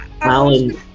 Alan